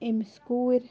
أمِس کوٗر